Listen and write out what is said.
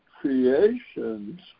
creations